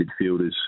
midfielders